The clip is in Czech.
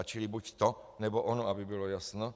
Čili buď to, nebo ono, aby bylo jasno.